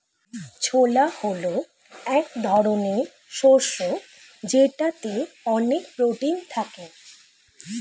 ছোলা হল এক ধরনের শস্য যেটাতে অনেক প্রোটিন থাকে